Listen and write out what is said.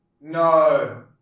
No